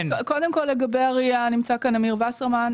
קודם כל לגבי ה-RIA נמצא כאן אמיר וסרמן,